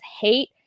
Hate